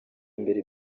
imbere